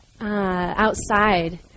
Outside